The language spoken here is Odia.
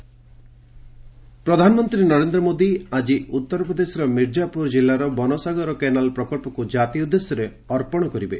ପିଏମ ଇଷ୍ଟର୍ଣ୍ଣ ୟୁପି ପ୍ରଧାନମନ୍ତ୍ରୀ ନରେନ୍ଦ୍ର ମୋଦି ଆଜି ଉତ୍ତରପ୍ରଦେଶର ମିର୍ଜାପୁର ଜିଲ୍ଲାର ବନସାଗର କେନାଲ ପ୍ରକଳ୍ପକୁ କାତି ଉଦ୍ଦେଶ୍ୟରେ ଅର୍ପଣ କରିବେ